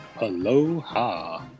Aloha